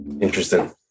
Interesting